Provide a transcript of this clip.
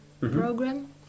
program